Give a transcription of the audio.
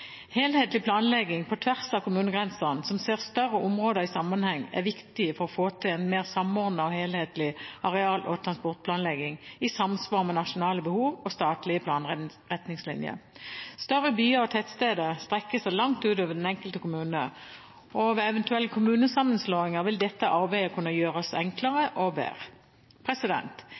Helhetlig planlegging på tvers av kommunegrenser, som ser større områder i sammenheng, er viktig for å få til en mer samordnet og helhetlig areal- og transportplanlegging i samsvar med nasjonale behov og statlige planretningslinjer. Større byer og tettsteder strekker seg langt utover den enkelte kommune. Ved eventuelle kommunesammenslåinger vil dette arbeidet kunne gjøres enklere